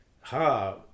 ha